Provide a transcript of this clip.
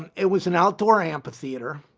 it was an outdoor amphitheater.